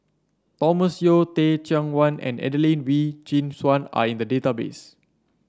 Thomas Yeo Teh Cheang Wan and Adelene Wee Chin Suan are in the database